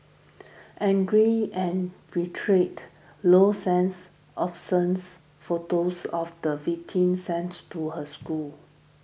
angry and betrayed low sense absence photos of the victim sends to her school